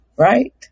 Right